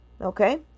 okay